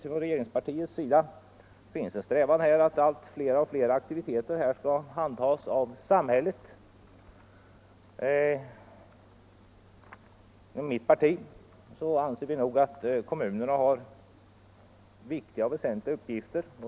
Från regeringspartiets sida finns det givetvis en strävan att allt fler aktiviteter skall handhas av samhället. I mitt parti anser vi att kommunerna redan har viktiga och väsentliga uppgifter.